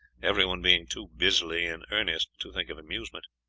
everyone being too busily in earnest to think of amusement.